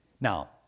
Now